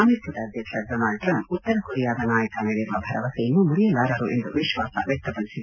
ಅಮೆರಿಕದ ಅಧ್ಯಕ್ಷ Donald Trump ಉತ್ತರ ಕೊರಿಯಾದ ನಾಯಕ ನೀಡಿರುವ ಭರವಸೆಯನ್ನು ಮುರಿಯಲಾರರು ಎಂದು ವಿಶ್ವಾಸ ವ್ಯಕ್ತಪಡಿಸಿದ್ದಾರೆ